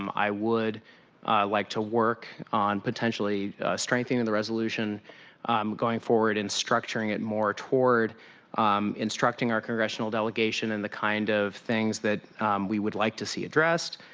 um i would like to work on potentially strengthening and the resolution um going forward, and structuring it more toward instructing our congressional delegation in the kind of things we would like to see addressed.